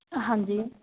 ਹਾਂਜੀ